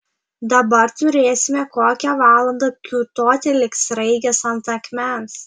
dabar turėsime kokią valandą kiūtoti lyg sraigės ant akmens